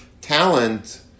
talent